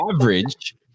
average